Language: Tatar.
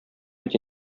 бит